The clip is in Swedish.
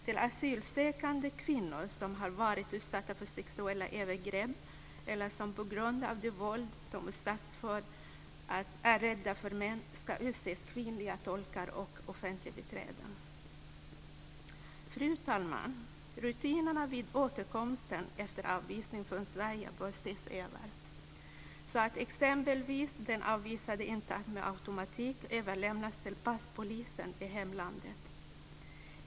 Till asylsökande kvinnor som har varit utsatta för sexuella övergrepp, eller som på grund av det våld som de utsatts för är rädda för män, ska utses kvinnliga tolkar och offentliga biträden. Fru talman! Rutinerna vid återkomsten efter avvisning från Sverige bör ses över så att exempelvis den avvisade inte med automatik överlämnas till passpolisen i hemlandet.